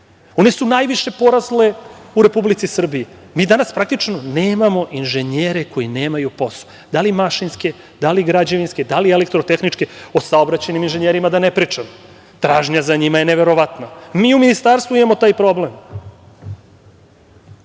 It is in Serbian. One su najviše porasle u Republici Srbiji. Mi danas praktično nemamo inženjere koji nemaju posao, da li mašinske, da li građevinske, da li elektrotehničke, o saobraćajnim inženjerima da ne pričam, tražnja za njima je neverovatna. Mi u Ministarstvu imamo taj problem. Hvala